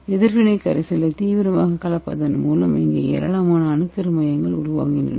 எதிர்வினை கரைசலை தீவிரமாக கலப்பதன் மூலம் இங்கு ஏராளமான அணுக்கரு மையங்கள் உருவாகின்றன